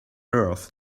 earth